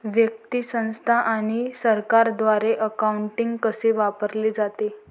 व्यक्ती, संस्था आणि सरकारद्वारे अकाउंटिंग कसे वापरले जाते